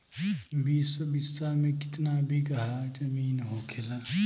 बीस बिस्सा में कितना बिघा जमीन होखेला?